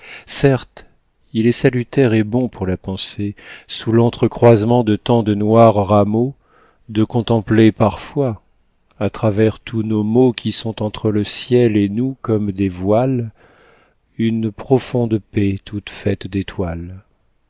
certe il est salutaire et bon pour la pensée sous lentre croisement de tant de noirs rameaux de contempler parfois à travers tous nos maux qui sont entre le ciel et nous comme des voiles une profonde paix toute faite d'étoiles